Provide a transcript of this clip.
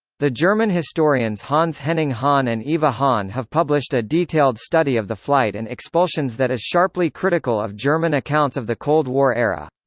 the german historians hans henning hahn and eva hahn have published a detailed study of the flight and expulsions that is sharply critical of german accounts of the cold war era.